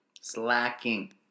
Slacking